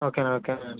ఓకేన ఓకేనండి